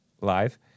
live